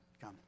Come